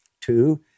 Two